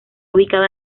ubicado